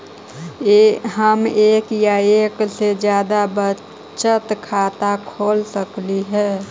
हम एक या एक से जादा बचत खाता खोल सकली हे?